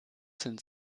sind